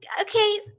Okay